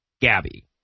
Gabby